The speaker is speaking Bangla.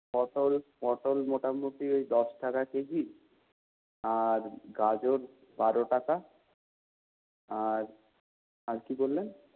তারপর পটল মোটামোটি ওই দশ টাকা কেজি আর গাজর বারো টাকা আর আর কি বললেন